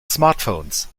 smartphones